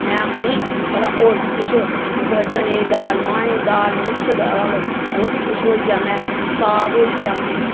में आक्खनी होर बी भला किश होर कुतै मांहें दी दाल चने दी दाल मिक्स दाल होर बी कुछ होई जा में साग होइया